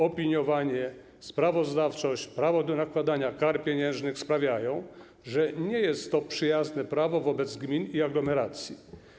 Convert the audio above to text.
Opiniowanie, sprawozdawczość, prawo do nakładania kar pieniężnych sprawiają, że nie jest to przyjazne prawo wobec gmin i aglomeracji.